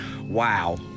wow